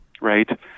Right